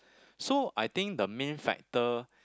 so I think the main factor